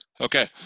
Okay